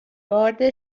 گارد